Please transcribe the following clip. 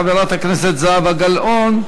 חברת הכנסת זהבה גלאון.